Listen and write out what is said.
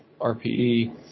RPE